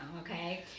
okay